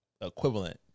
equivalent